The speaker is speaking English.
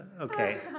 Okay